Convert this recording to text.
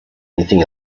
anything